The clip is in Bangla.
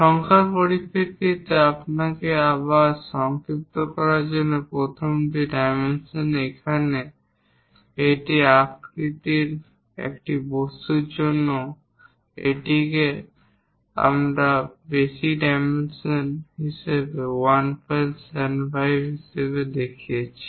সংখ্যার পরিপ্রেক্ষিতে আপনাকে আবার সংক্ষিপ্ত করার জন্য প্রথমটি ডাইমেনশন এখানে এই আকৃতির একটি বস্তুর জন্য এটিকে আমরা বেসিক ডাইমেনশন হিসাবে 175 হিসাবে দেখিয়েছি